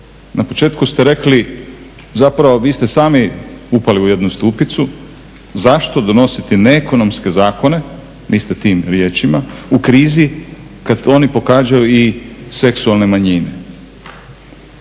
na početku ste rekli, zapravo vi ste sami upali u jednu stupicu. Zašto donositi ne ekonomske zakone, niste tim riječima, u krizi kad oni pohađaju i seksualne manjine.